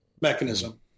mechanism